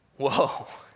Whoa